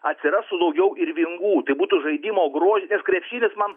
atsirastų daugiau irvingų tai būtų žaidimo grožinis krepšinis man